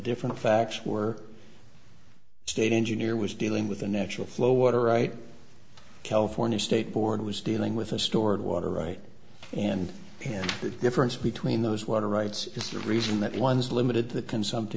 different facts were state engineer was dealing with the natural flow water right california state board was dealing with a stored water right and the difference between those water rights is the reason that one is limited to the consumpti